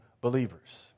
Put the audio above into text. believers